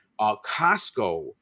Costco